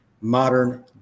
modern